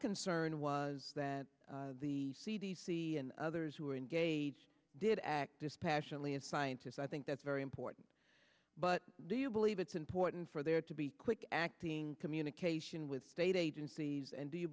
concern was that the c d c and others who are engaged did act dispassionately as scientists i think that's very important but do you believe it's important for there to be quick acting communication with state agencies and do you